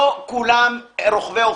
מקווה שסוף-סוף החיבור דרך שבע התחנות יקרה שמי